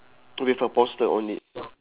with a poster on it